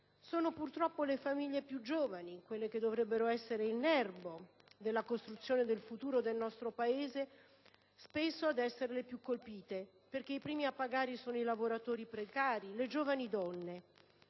Sono purtroppo le famiglie più giovani, quelle che dovrebbero essere il nerbo della costruzione del futuro del nostro Paese, ad essere spesso le più colpite, perché i primi a pagare sono i lavoratori precari e le giovani donne.